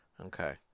Okay